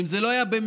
ואם זה לא היה במקרה